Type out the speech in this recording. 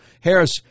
Harris